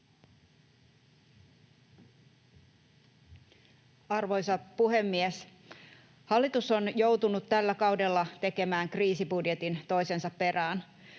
Arvoisa puhemies! Hallitus on joutunut tällä kaudella tekemään kriisibudjetin toisensa perään.